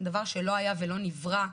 דבר שלא היה ולא נברא,